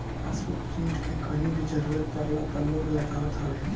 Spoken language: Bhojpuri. पासबुक प्रिंट के कहीं भी जरुरत पड़ला पअ लोग लगावत हवे